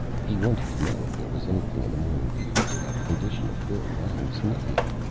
he wanted to know if there was anything in the morning papers about the condition of bill lange's knee.